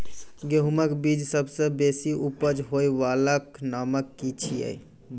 गेहूँमक बीज सबसे बेसी उपज होय वालाक नाम की छियै?